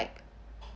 like